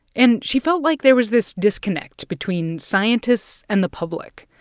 and she felt like there was this disconnect between scientists and the public.